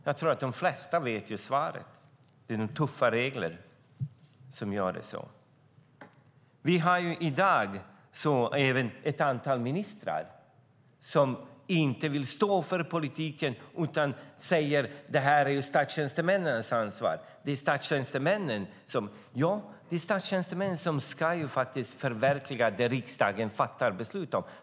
Jag tror att de flesta vet svaret. Det är de tuffa reglerna som gör att det blir så. Vi har i dag även ett antal ministrar som inte vill stå för politiken. De säger i stället: Det här är statstjänstemännens ansvar. Ja, det är statstjänstemännen som ska förverkliga det som riksdagen fattar beslut om.